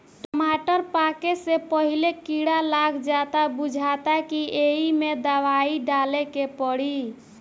टमाटर पाके से पहिले कीड़ा लाग जाता बुझाता कि ऐइमे दवाई डाले के पड़ी